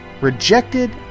rejected